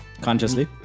Consciously